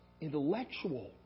Intellectual